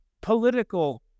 Political